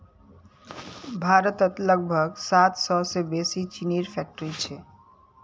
भारतत लगभग सात सौ से बेसि चीनीर फैक्ट्रि छे